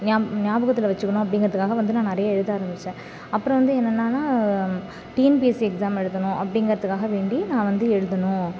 ஞா ஞாபகத்தில் வச்சுக்கணும் அப்படிங்குறதுக்காக வந்து நான் நிறைய எழுத ஆரம்பித்தேன் அப்புறம் வந்து என்னன்னால் டிஎன்பிஎஸ்சி எக்ஸாம் எழுதணும் அப்படிங்கறதுக்காக வேண்டி நான் வந்து எழுதணும்